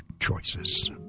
choices